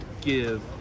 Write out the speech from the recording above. give